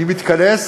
אני מתכנס,